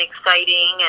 exciting